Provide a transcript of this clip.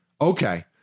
Okay